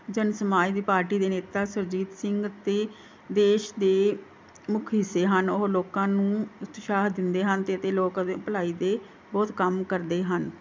ਜਨ ਸਮਾਜ ਦੀ ਪਾਰਟੀ ਦੇ ਨੇਤਾ ਸੁਰਜੀਤ ਸਿੰਘ ਅਤੇ ਦੇਸ਼ ਦੇ ਮੁੱਖ ਹਿੱਸੇ ਹਨ ਉਹ ਲੋਕਾਂ ਨੂੰ ਉਤਸ਼ਾਹ ਦਿੰਦੇ ਹਨ ਤੇ ਅਤੇ ਲੋਕ ਦੇ ਭਲਾਈ ਦੇ ਬਹੁਤ ਕੰਮ ਕਰਦੇ ਹਨ